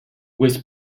was